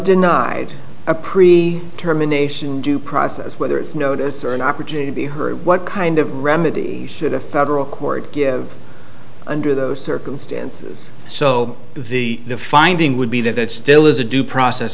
denied a pre terminations due process whether it's notice or an opportunity to be heard what kind of remedy should a federal court give under those circumstances so the finding would be that it still is a due process